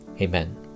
Amen